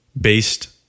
based